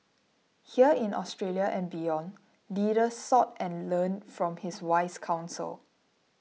here in Australia and beyond leaders sought and learned from his wise counsel